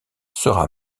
sera